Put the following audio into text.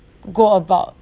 go about